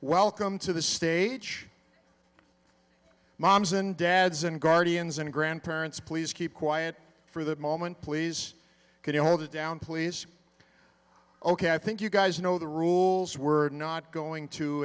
welcome to the stage moms and dads and guardians and grandparents please keep quiet for the moment please could you hold it down please ok i think you guys know the rules we're not going to